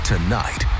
Tonight